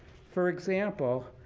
for example,